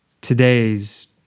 today's